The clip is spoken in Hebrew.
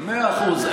מאה אחוז,